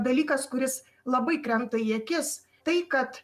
dalykas kuris labai krenta į akis tai kad